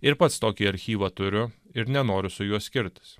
ir pats tokį archyvą turiu ir nenoriu su juo skirtis